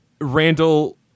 Randall